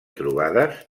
trobades